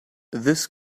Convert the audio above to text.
this